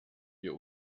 wir